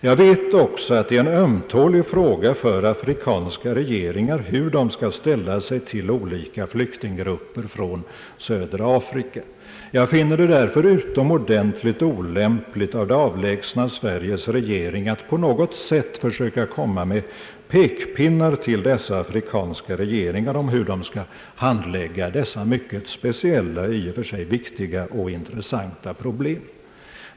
Jag vet också att det är en ömtålig fråga för afrikanska regeringar hur de skall ställa sig till olika flyktinggrupper från södra Afrika. Jag finner det därför utomordentligt olämpligt av det avlägsna Sveriges regering att på något sätt försöka komma med pekpinnar till dessa afrikanska regeringar om hur de skall handlägga de här mycket speciella, i och för sig mycket viktiga och intressanta problemen.